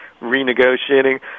renegotiating